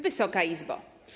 Wysoka Izbo!